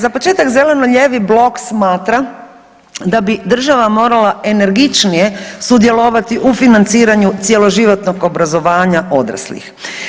Za početak, zeleno-lijevi blok smatra da bi država morala energičnije sudjelovati u financiranju cjeloživotnog obrazovanja odraslih.